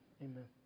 amen